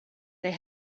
they